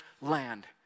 land